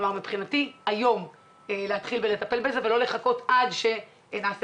מבחינתי להתחיל לטפל בזה היום ולא לחכות עד שתעשה